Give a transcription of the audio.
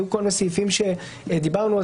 כי היו כל מיני סעיפים שדיברנו עליהם,